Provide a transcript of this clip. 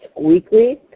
weekly